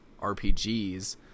RPGs